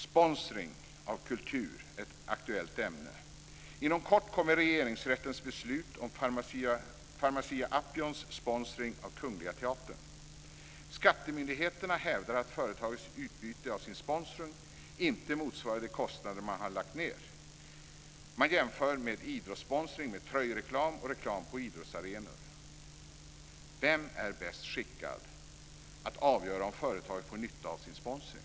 Sponsring av kultur är ett aktuellt ämne. Inom kort kommer Regeringsrättens beslut om Skattemyndigheterna hävdar att företagets utbyte av sin sponsring inte motsvarar de kostnader som man har lagt ned. Man jämför med idrottssponsring med tröjreklam och reklam på idrottsarenor. Vem är bäst skickad att avgöra om företaget får nytta av sin sponsring?